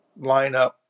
lineup